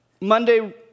Monday